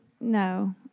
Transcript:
No